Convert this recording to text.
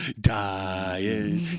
Dying